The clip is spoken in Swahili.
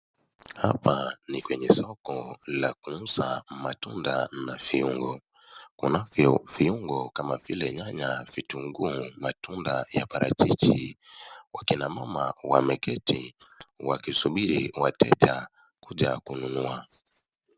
Hapa ni kwenye soko la kuuza matunda na viungo. Kunavyo viungo kama vile nyanya, vitunguu, matunda ya parachichi. Wakina mama wameketi wakisubiri wateja kuja kununua.